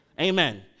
Amen